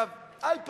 עכשיו, על פניו,